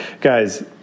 Guys